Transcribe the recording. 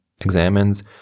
examines